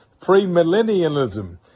premillennialism